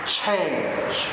change